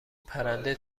پرنده